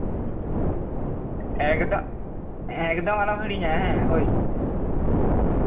ᱮᱠᱫᱚᱢᱼᱮᱠᱫᱚᱢ ᱟᱞᱚᱢ ᱦᱤᱲᱤᱧᱟ ᱦᱳᱭ